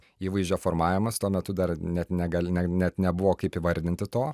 įvaizdžio formavimas tuo metu dar net negali net nebuvo kaip įvardinti to